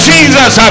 Jesus